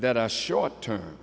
that are short term